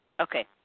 Okay